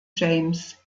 james